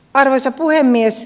arvoisa puhemies